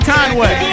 Conway